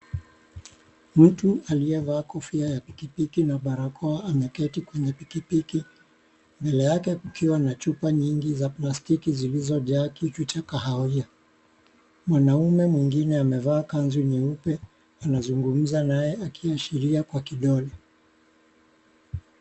Mtu aliyevaa kofia ya pikipiki na barakoa ameketi kwenye pikipiki mbele yake kukiwa na chupa mingi za plastiki zilizojaa kitu cha kahawia. Mwanaume mwingine amevaa kanzu nyeupe anazungumza naye akiashiria kwa kidole.